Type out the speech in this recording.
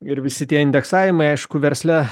ir visi tie indeksavimai aišku versle